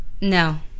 No